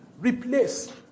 replace